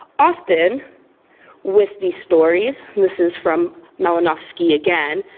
often with these stories, this is from malinowski again,